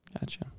Gotcha